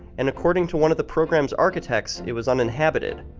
and according to one of the programs architects it was uninhabited.